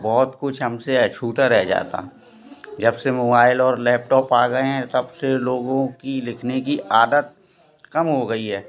तो बहुत कुछ हमसे छूटा रह जाता जब से मोबाइल और लैपटॉप आ गए हैं तब से लोगों की लिखने की आदत कम हो गई है